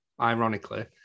ironically